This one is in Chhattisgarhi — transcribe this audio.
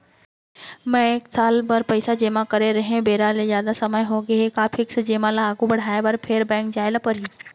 मैं एक साल बर पइसा जेमा करे रहेंव, बेरा ले जादा समय होगे हे का फिक्स जेमा ल आगू बढ़ाये बर फेर बैंक जाय ल परहि?